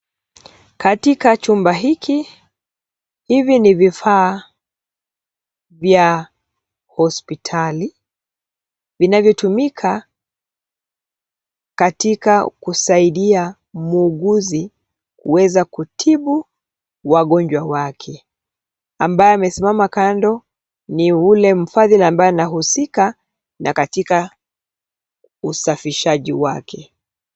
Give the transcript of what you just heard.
Katika chumba hiki, hivi ni vifaa vya hospital vinavyotumika katika kusaidia muuguzi kuweza kutibu wagonjwa wake. Ambaye amesimama kando ni ule mfadhili ambaye anahusika na katika usafishaji wake.